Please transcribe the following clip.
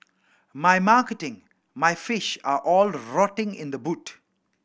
my marketing my fish are all rotting in the boot